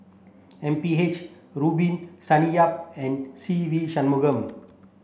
M P H Rubin Sonny Yap and Se Ve Shanmugam